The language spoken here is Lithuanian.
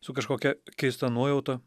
su kažkokia keista nuojauta